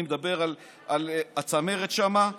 אני מדבר על הצמרת שם,